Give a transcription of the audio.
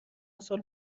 سال